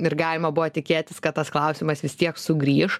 ir galima buvo tikėtis kad tas klausimas vis tiek sugrįš